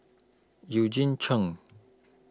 Eugene Chen